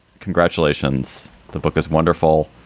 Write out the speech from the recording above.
congratulations. the book is wonderful.